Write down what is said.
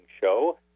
Show